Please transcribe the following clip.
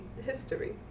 history